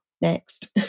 next